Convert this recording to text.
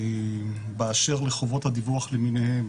באשר לחובות הדיווח למיניהן,